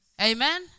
Amen